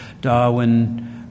Darwin